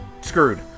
screwed